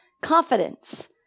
confidence